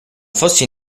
fosse